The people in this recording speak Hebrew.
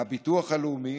הביטוח הלאומי